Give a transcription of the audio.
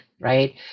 right